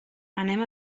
anem